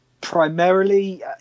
primarily